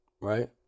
right